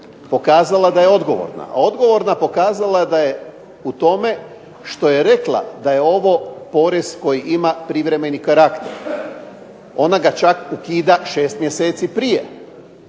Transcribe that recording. pokazala da je odgovorna. A odgovorna pokazala je da je u tome što je rekla da je ovo porez koji ima privremeni karakter. Ona ga čak ukida 6 mjeseci prije.